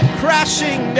crashing